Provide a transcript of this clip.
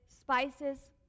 spices